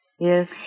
Yes